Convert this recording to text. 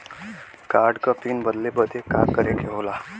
Card क pin बदले बदी का करे के होला?